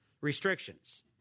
restrictions